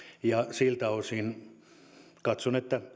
siltä osin katson että